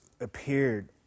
appeared